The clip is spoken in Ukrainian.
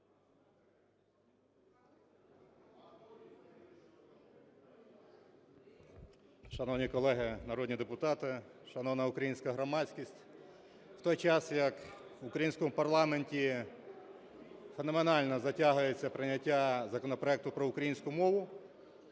Шановні колеги народні депутати, шановна українська громадськість! В той час, як в українському парламенті феноменально затягується прийняття законопроекту про українську мову,